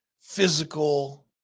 physical